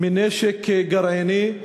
מנשק גרעיני.